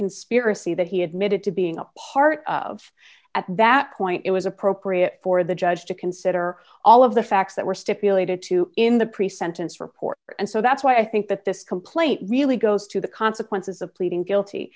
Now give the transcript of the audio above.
conspiracy that he admitted to being a part of at that point it was appropriate for the judge to consider all of the facts that were stipulated to in the pre sentence report and so that's why i think that this complaint really goes to the consequences of pleading guilty